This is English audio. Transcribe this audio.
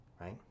right